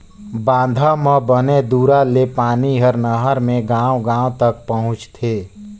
बांधा म बने दूरा ले पानी हर नहर मे गांव गांव तक पहुंचथे